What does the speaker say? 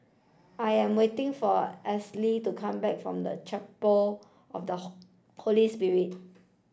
I am waiting for to come back from the Chapel of the Holy Spirit